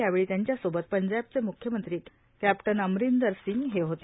यावेळी त्यांच्यासोबत पंजाबचे मुख्यंत्री कॅप्टन अमरिंदर सिंग हे होते